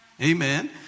Amen